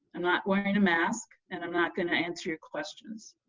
i'm not wearing a mask and i'm not going to answer your questions.